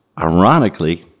Ironically